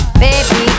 baby